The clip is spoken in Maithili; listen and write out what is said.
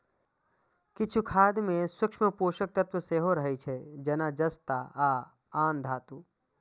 किछु खाद मे सूक्ष्म पोषक तत्व सेहो रहै छै, जेना जस्ता आ आन धातु